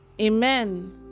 Amen